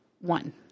one